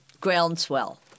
groundswell